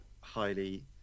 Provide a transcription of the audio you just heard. highly